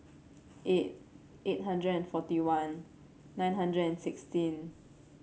eight eight hundred and forty one nine hundred and sixteen